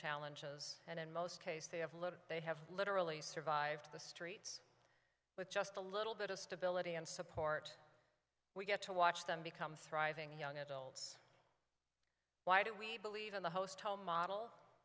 challenges and in most cases they have looked they have literally survived the street with just a little bit of stability and support we get to watch them become thriving young adults why do we believe in the host home model